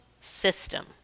system